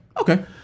Okay